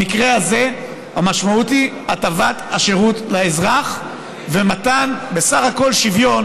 במקרה הזה המשמעות היא הטבת השירות לאזרח ובסך הכול מתן שוויון,